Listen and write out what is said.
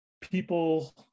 people